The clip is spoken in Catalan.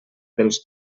dels